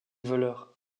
voleurs